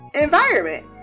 environment